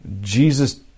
Jesus